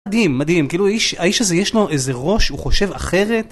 מדהים, מדהים, כאילו... האיש... האיש הזה יש לו איזה ראש, הוא חושב אחרת...